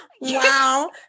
wow